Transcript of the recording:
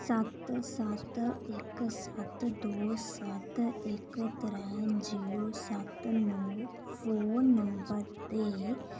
सत्त सत्त इक सत्त दो सत्त इक त्रै जीरो सत्त नौ फोन नंबर ते